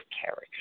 character